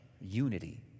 unity